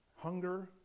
hunger